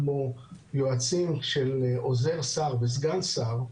כמו יועצים של עוזר שר וסגן שר,